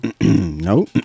no